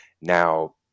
Now